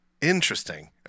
Interesting